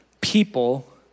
people